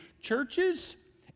churches